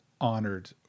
honored